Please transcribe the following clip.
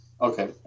Okay